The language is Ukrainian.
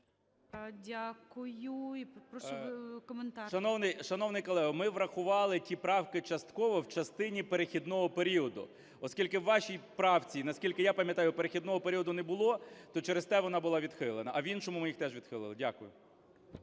КНЯЖИЦЬКИЙ М.Л. Шановний колего, ми врахували ті правки частково в частині перехідного періоду. Оскільки у вашій правці, наскільки я пам'ятаю, перехідного періоду не було, то через те вона була відхилена. А в іншому ми їх теж відхилили. Дякую.